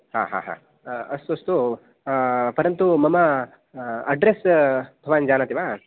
हा हा हा हा अस्तु अस्तु परन्तु मम अड्रेस् भवान् जानाति वा